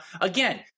again